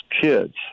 kids